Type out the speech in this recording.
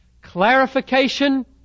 Clarification